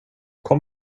kom